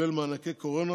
יקבל מענקי קורונה,